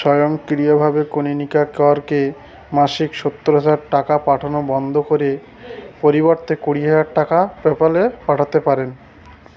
স্বয়ংক্রিয়াভাবে কনীনিকা করকে মাসিক সত্তর হাজার টাকা পাঠানো বন্ধ করে পরিবর্তে কুড়ি হাজার টাকা পেপ্যালে পাঠাতে পারেন